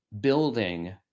building